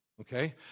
okay